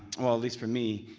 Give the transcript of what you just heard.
well at least for me,